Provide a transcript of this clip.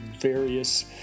various